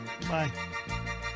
Bye